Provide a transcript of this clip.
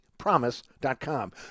promise.com